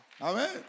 Amen